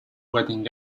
wedding